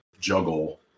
juggle